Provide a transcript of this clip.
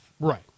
Right